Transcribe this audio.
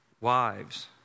wives